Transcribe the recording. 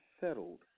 settled